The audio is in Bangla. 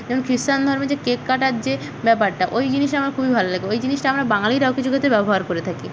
যেমন ক্রিশ্চান ধর্মে যে কেক কাটার যে ব্যাপারটা ওই জিনিসটা আমার খুবই ভালো লাগে ওই জিনিসটা আমরা বাঙালিরাও কিছু ক্ষেত্রে ব্যবহার করে থাকি